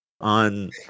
on